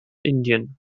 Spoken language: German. indien